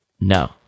No